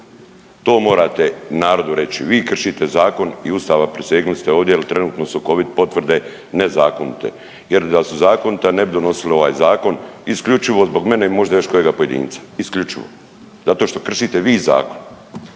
To morate narodu reći. Vi kršite zakon i Ustav, a prisegnuli ste ovdje jer trenutno su Covid potvrde nezakonite jer da su zakonite ne bi donosili ovaj zakon isključivo zbog mene i možda još kojega pojedinca, isključivo. Zato što kršite vi zakon.